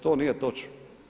To nije točno.